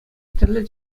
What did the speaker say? тӗрлӗ